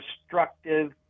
destructive